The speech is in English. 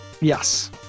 Yes